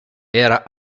era